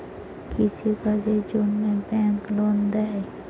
কৃষি কাজের জন্যে ব্যাংক লোন দেয়?